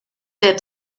der